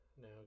now